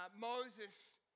Moses